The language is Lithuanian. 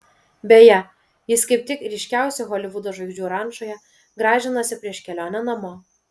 beje jis kaip tik ryškiausių holivudo žvaigždžių rančoje gražinasi prieš kelionę namo